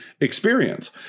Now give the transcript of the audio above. experience